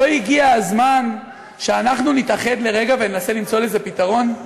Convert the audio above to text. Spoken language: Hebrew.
לא הגיע הזמן שאנחנו נתאחד לרגע וננסה למצוא לזה פתרון?